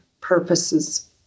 purposes